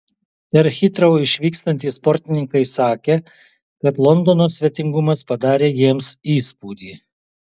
per hitrou išvykstantys sportininkai sakė kad londono svetingumas padarė jiems įspūdį